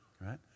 right